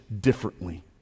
differently